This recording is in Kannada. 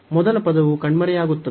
ಮೊದಲ ಪದವು ಕಣ್ಮರೆಯಾಗುತ್ತದೆ